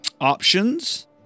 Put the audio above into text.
options